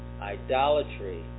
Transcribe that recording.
idolatry